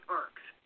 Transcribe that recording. Parks